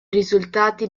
risultati